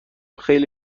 خیلی